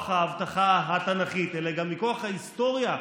ההבטחה התנ"כית אלא גם מכוח ההיסטוריה.